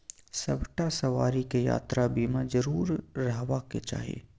सभटा सवारीकेँ यात्रा बीमा जरुर रहबाक चाही